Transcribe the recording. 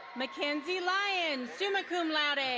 mackenzie lyons, summa cum laude.